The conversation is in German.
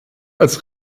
als